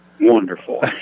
Wonderful